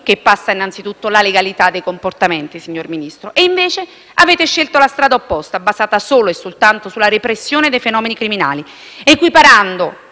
che passa innanzitutto la legalità dei comportamenti, signor Ministro. E invece avete scelto la strada opposta, basata solo e soltanto sulla repressione dei fenomeni criminali, equiparando